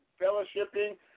fellowshipping